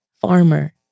farmer